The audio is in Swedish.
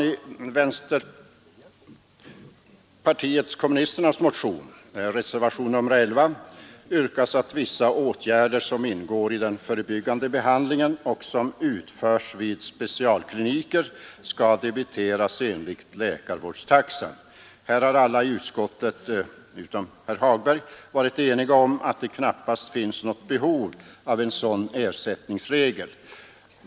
I vänsterpartiet kommunisternas partimotion — reservationen XI — yrkas att vissa åtgärder, som ingår i den förebyggande behandlingen och som utförs vid specialkliniker, skall debiteras enligt läkarvårdstaxan. Här har alla i utskottet utom herr Hagberg varit eniga om att det knappast finns något behov av en sådan ersättningsregel.